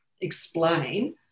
explain